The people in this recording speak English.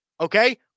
okay